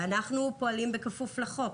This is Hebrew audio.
ואנחנו פועלים בכפוף לחוק.